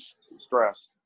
stress